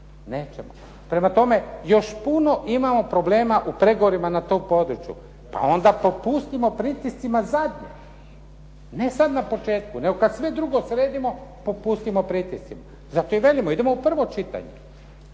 Nećemo. Prema tome, još puno imamo problema u pregovorima na tom području. Pa ona popustimo pritiscima zadnje. Ne sad na početku, nego kad sve drugo sredimo, popustimo pritiscima. Zato i velimo, idemo u prvo čitanje.